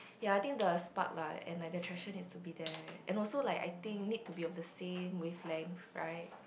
ya I think the spark lah and like the attraction needs to be there and also like I think need to be of the same wavelength right